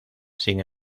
sin